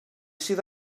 sydd